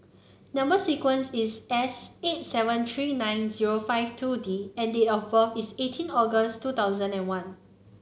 number sequence is S eight seven three nine zero five two D and date of birth is eighteen August two thousand and one